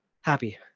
happy